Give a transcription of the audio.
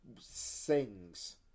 sings